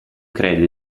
credo